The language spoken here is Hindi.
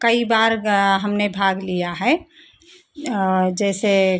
कई बार हमने भाग लिया है जैसे